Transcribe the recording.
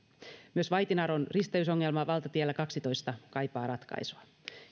myös vaitinaron risteysongelma valtatiellä kaksitoista kaipaa ratkaisua